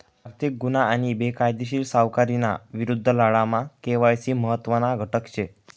आर्थिक गुन्हा आणि बेकायदेशीर सावकारीना विरुद्ध लढामा के.वाय.सी महत्त्वना घटक शे